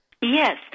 Yes